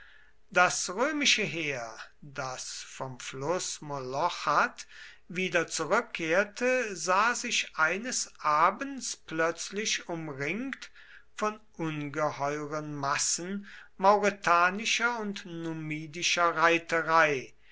das römische heer das vom fluß molochath wieder zurückkehrte sah sich eines abends plötzlich umringt von ungeheuren massen mauretanischer und numidischer reiterei